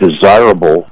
desirable